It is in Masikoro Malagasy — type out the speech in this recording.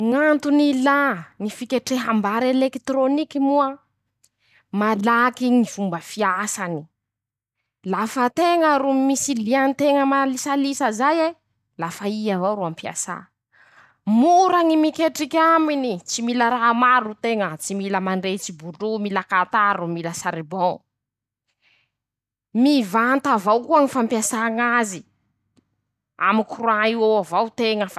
Ñ'antony ilà ñy fiketreham-bary elekitoroniky moa: -Malaky ñy fomba fiasany ;lafa teña ro misy lian-teña malisalisa zay e. lafa i avao ro ampiasà ;mora ñy miketriky aminy. tsy mila raha maro teña tsy mila mandrehitsy bolo. mila katà ro mila saribon; mivanta avao koa ñy fampiasà ñ'azy. amy courant io eo avao teña fa.